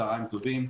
צהריים טובים.